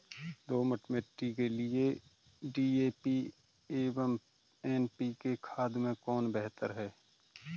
दोमट मिट्टी के लिए डी.ए.पी एवं एन.पी.के खाद में कौन बेहतर है?